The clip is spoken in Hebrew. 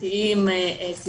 משמעתיים נגד